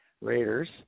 Raiders